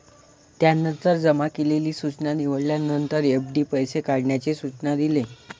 त्यानंतर जमा केलेली सूचना निवडल्यानंतर, एफ.डी पैसे काढण्याचे सूचना दिले